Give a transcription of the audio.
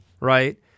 right